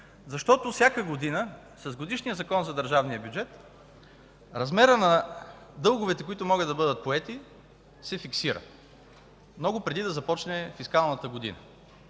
защото всяка година с годишния Закон за държавния бюджет размерът на дълговете, които могат да бъдат поети, се фиксира много преди да започне фискалната година.